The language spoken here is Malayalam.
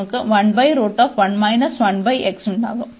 നമുക്ക് ഉണ്ടാകും